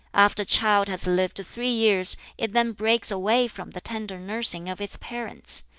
after a child has lived three years it then breaks away from the tender nursing of its parents.